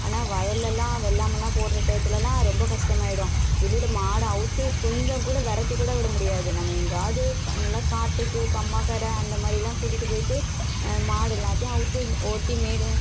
ஆனால் வயல்லலாம் வெள்ளாமையெலாம் போடுற டயத்துலலாம் ரொம்ப கஷ்டமாகிடும் வெளியில மாடை அவித்து கொஞ்சம் கூட விரட்டி கூட விட முடியாது நம்ம எங்கேயாவது நல்லா காட்டுக்கு கம்மாக்கரை அந்தமாதிரிலாம் கூட்டிட்டு போய்ட்டு மாடு எல்லாத்தையும் அவித்து ஓட்டி மேய